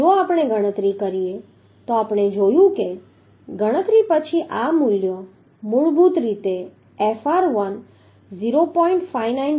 જો આપણે ગણતરી કરીએ તો આપણે જોયું કે ગણતરી પછી આ મૂલ્યો મૂળભૂત રીતે Fr1 0